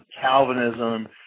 Calvinism